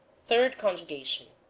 third conjugation